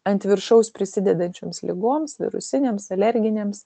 ant viršaus prisidedančioms ligoms virusinėms alerginėms